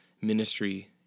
ministry